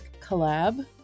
collab